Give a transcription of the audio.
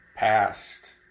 past